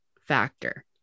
factor